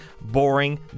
boring